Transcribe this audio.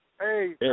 Hey